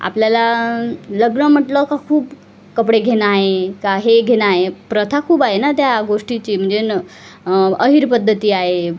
आपल्याला लग्न म्हटलं का खूप कपडे घेणं आहे का हे घेणं आहे प्रथा खूप आहे ना त्या गोष्टीची म्हणजे न आहेर पद्धती आहे